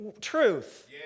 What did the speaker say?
truth